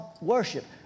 worship